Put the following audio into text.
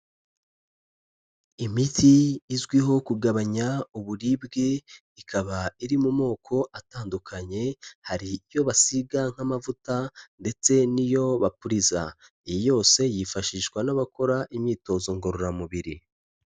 Imiti izwiho kugabanya uburibwe, ikaba iri mu moko atandukanye. Hari iyo basiga nk'amavuta, ndetse n'iyo bapuriza. Iyi yose yifashishwa n'abakora imyitozo ngororamubiri.